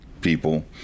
people